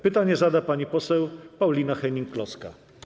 Pytanie zada pani poseł Paulina Hennig-Kloska.